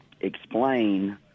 explain